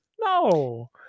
No